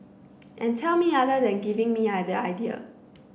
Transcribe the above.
and tell me other than giving me other idea